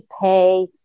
pay